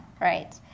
right